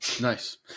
Nice